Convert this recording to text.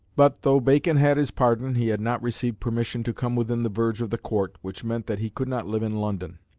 but, though bacon had his pardon, he had not received permission to come within the verge of the court, which meant that he could not live in london.